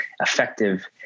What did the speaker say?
effective